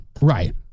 Right